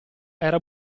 era